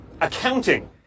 accounting